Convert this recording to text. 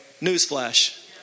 Newsflash